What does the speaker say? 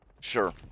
Sure